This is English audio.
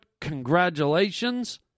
congratulations